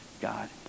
God